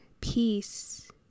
peace